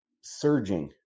surging